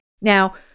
Now